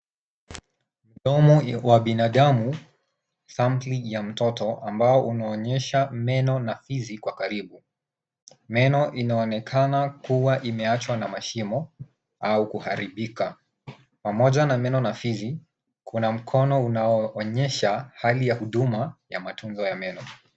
Mdomo wa binadamu, sampuli ya mtoto ambao unaonyesha meno na fizi kwa karibu. Meno inaonekana kuwa imeachwa na mashimo au kuharibika. Pamoja na meno na fizi, kuna mkono unaoonyesha hali ya huduma ya matunzo ya meno.